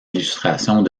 illustrations